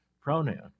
pronoun